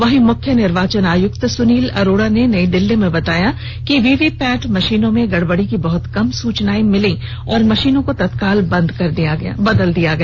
वहीं मुख्य निर्वाचन आयुक्त सुनील अरोड़ा ने नई दिल्ली में बताया कि वी वी पैट मशीनों में गड़बड़ी की बहुत कम सूचनाए मिलीं और मशीनों को तत्काल बदल दिया गया